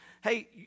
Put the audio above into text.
Hey